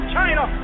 China